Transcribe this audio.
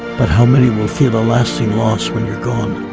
but how many will feel a lasting loss when you are gone.